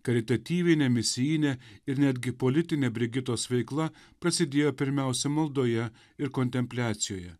karitatyvinė misijinė ir netgi politinė brigitos veikla prasidėjo pirmiausia maldoje ir kontempliacijoje